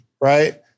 right